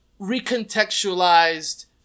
recontextualized